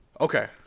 Okay